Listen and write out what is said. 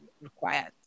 required